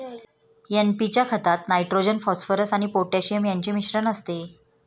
NP च्या खतात nitrogen, phosphorus आणि पोटॅशियम यांचे मिश्रण असते